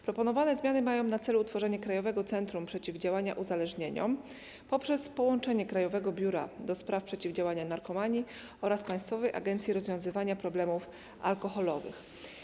Proponowane zmiany mają na celu utworzenie Krajowego Centrum Przeciwdziałania Uzależnieniom poprzez połączenie Krajowego Biura do Spraw Przeciwdziałania Narkomanii oraz Państwowej Agencji Rozwiązywania Problemów Alkoholowych.